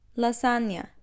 lasagna